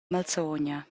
malsogna